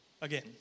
again